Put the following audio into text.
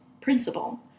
principle